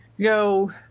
go